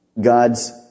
God's